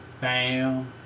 Bam